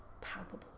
palpable